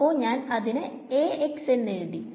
അപ്പൊ ഞാൻ ഇതിനെ എന്നെഴുതി